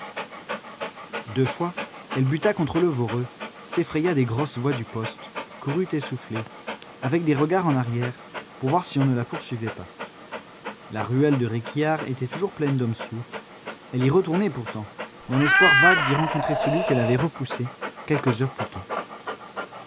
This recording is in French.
deux fois elle buta contre le voreux s'effraya des grosses voix du poste courut essoufflée avec des regards en arrière pour voir si on ne la poursuivait pas la ruelle de réquillart était toujours pleine d'hommes soûls elle y retournait pourtant dans l'espoir vague d'y rencontrer celui qu'elle avait repoussé quelques heures plus tôt